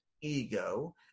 ego